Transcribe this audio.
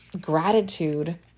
gratitude